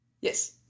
Yes